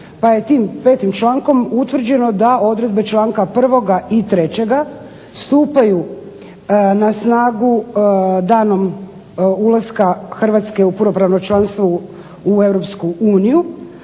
Pa je tim petim člankom utvrđeno da odredbe članka prvoga i trećega stupaju na snagu danom ulaska Hrvatske u punopravno članstvo u